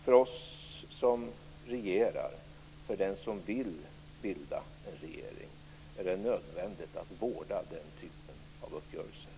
För oss som regerar och för den som vill bilda en regering är det nödvändigt att vårda den typen av uppgörelser.